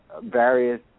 various